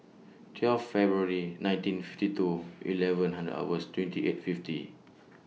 twelve February nineteen fifty two eleven Hand hours twenty eight fifty